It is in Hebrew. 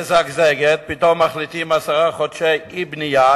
מזגזגת ופתאום מחליטים על עשרה חודשי אי-בנייה,